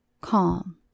calm